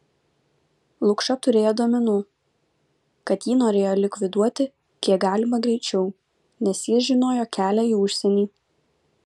lukša turėjo duomenų kad jį norėjo likviduoti kiek galima greičiau nes jis žinojo kelią į užsienį